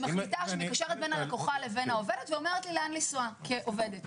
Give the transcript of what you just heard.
מחליטה שאני קושרת בין הלקוחה לבין העובד ואומרת לי לאן לנסוע כעובדת.